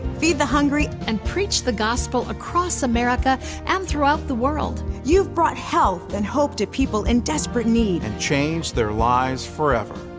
feed the hungry. and preach the gospel across america and throughout the world. you've brought health and hope to people in desperate need. and changed their lives forever.